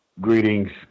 Greetings